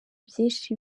byinshi